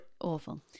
Awful